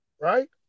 right